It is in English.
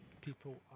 people